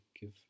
give